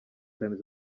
times